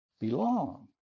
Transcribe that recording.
Belong